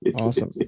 awesome